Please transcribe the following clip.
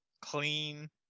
clean